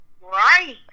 Right